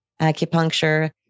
acupuncture